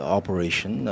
operation